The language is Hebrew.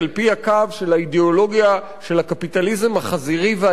של האידיאולוגיה של הקפיטליזם החזירי והעיוור,